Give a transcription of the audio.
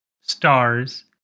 stars